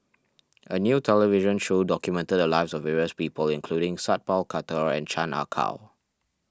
a new television show documented the lives of various people including Sat Pal Khattar and Chan Ah Kow